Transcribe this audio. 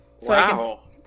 Wow